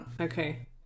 Okay